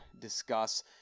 discuss